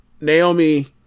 Naomi